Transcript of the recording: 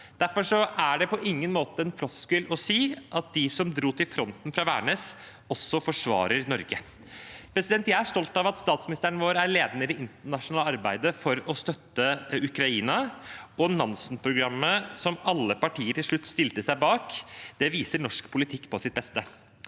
Derfor er det på ingen måte en floskel å si at de som dro til fronten fra Værnes, også forsvarer Norge. Jeg er stolt av at statsministeren vår er ledende i det internasjonale arbeidet for å støtte Ukraina, og Nansenprogrammet, som alle partier til slutt stilte seg bak, viser norsk politikk på sitt beste.